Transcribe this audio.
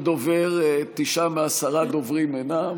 תשעה מעשרה דוברים אינם,